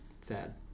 Sad